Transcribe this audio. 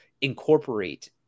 incorporate